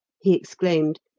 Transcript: he exclaimed,